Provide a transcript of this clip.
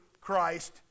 Christ